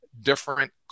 different